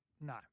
No